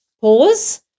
pause